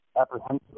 apprehensive